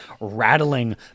rattling